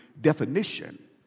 definition